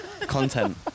content